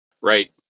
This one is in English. right